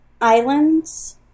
islands